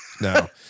No